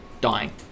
dying